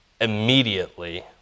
immediately